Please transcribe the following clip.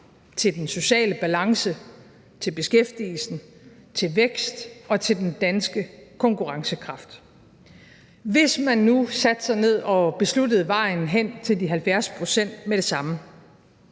til den sociale balance, til beskæftigelsen, til vækst og til den danske konkurrencekraft. Hvis man nu satte sig ned og besluttede sig for vejen hen til de 70 pct. med det samme